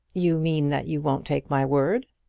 you mean that you won't take my word?